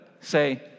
say